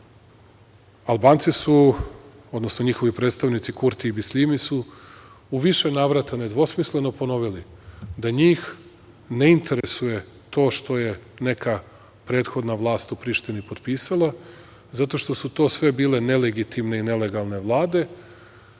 Albanci su, odnosno njihovi predstavnici Kurti i Bisljimi su, u više navrata nedvosmisleno ponovili da njih ne interesuje to što je neka prethodna vlast u Prištini potpisala, zato što su to sve bile nelegitimne i nelegalne vlade,